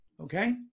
Okay